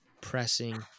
pressing